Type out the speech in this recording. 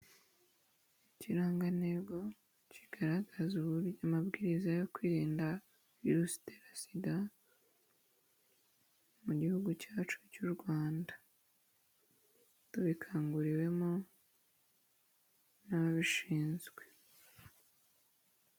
Ikirangantego kigaragaza uburyo amabwiriza yo kwirinda virusi itera SIDA mu gihugu cyacu cy'u Rwanda tubikanguriwemo n'ababishinzwe.